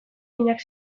minak